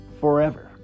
Forever